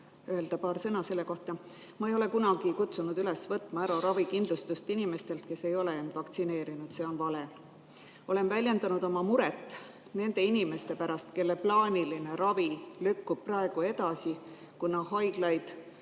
Ma ei ole kunagi kutsunud üles võtma ära ravikindlustust inimestelt, kes ei ole vaktsineeritud. See on vale. Olen väljendanud oma muret nende inimeste pärast, kelle plaaniline ravi lükkub praegu edasi, kuna haiglaid